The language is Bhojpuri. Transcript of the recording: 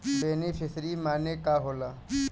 बेनिफिसरी मने का होला?